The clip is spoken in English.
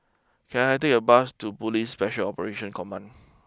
can I take a bus to police special Operations Command